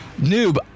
Noob